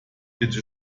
bitte